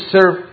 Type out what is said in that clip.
serve